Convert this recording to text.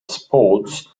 spots